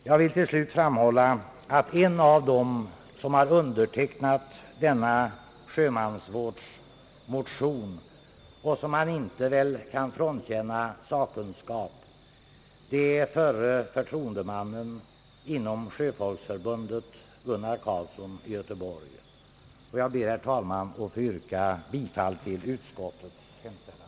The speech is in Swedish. Jag vill till slut framhålla att en av dem som har undertecknat denna sjömansvårdsmotion och som i varje fall inte kan frånkännas sakkunskap, är förre förtroendemannen i Sjöfolksförbundet, Gunnar Carlsson i Göteborg. Jag ber, herr talman, att få yrka bifall till utskottets hemställan.